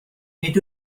nid